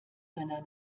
seiner